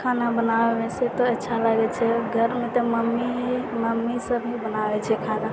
खाना बनाबैमे वैसे तऽ अच्छा लागै छै घरमे तऽ मम्मी मम्मी सब ही बनाबै छै खाना